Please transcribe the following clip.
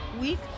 week